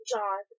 John